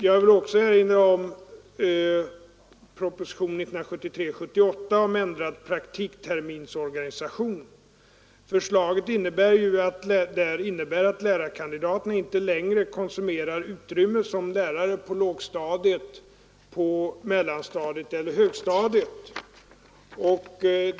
Jag vill också erinra om propositionen 78 om ändrad praktikterminsorganisation. Förslaget innebär ju att lärarkandidaterna inte längre konsumerar utrymme som lärare på lågstadiet, mellanstadiet eller högstadiet.